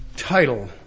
title